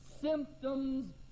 symptoms